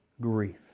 grief